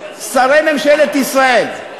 שרי ממשלת ישראל,